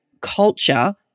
culture